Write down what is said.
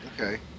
Okay